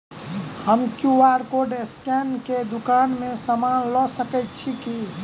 हम QR code scan कऽ केँ दुकान मे समान लऽ सकैत छी की?